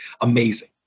amazing